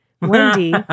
Wendy